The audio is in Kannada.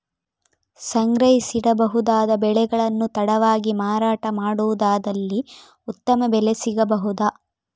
ಸಂಗ್ರಹಿಸಿಡಬಹುದಾದ ಬೆಳೆಗಳನ್ನು ತಡವಾಗಿ ಮಾರಾಟ ಮಾಡುವುದಾದಲ್ಲಿ ಉತ್ತಮ ಬೆಲೆ ಸಿಗಬಹುದಾ?